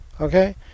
okay